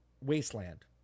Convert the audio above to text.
wasteland –